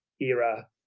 era